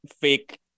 fake